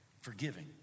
forgiving